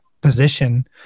position